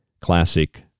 classic